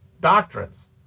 doctrines